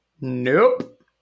Nope